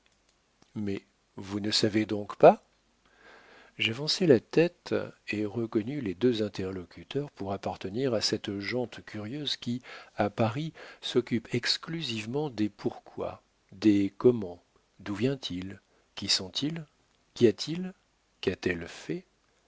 mais vous ne savez donc pas j'avançai la tête et reconnus les deux interlocuteurs pour appartenir à cette gent curieuse qui à paris s'occupe exclusivement des pourquoi des comment d'où vient-il qui sont-ils qu'y a-t-il qu'a-t-elle fait